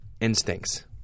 instincts